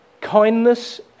Kindness